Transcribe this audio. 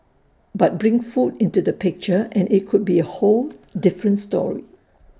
but bring food into the picture and IT could be A whole different story